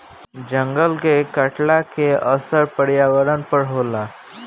जंगल के कटला के असर पर्यावरण पर होला